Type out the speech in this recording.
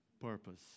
purpose